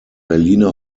berliner